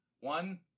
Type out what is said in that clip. One